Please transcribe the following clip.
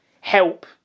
help